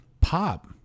Pop